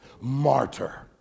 martyr